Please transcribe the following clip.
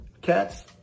cats